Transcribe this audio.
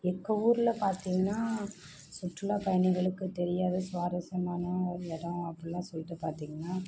எங்கள் ஊரில் பார்த்தீங்கன்னா சுற்றுலா பயணிகளுக்கு தெரியாத சுவாரஸ்யமான ஒரு இடம் அப்படிலாம் சொல்லிட்டு பார்த்தீங்கன்னா